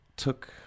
took